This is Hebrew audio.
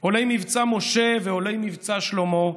עולי מבצע משה ועולי מבצע שלמה,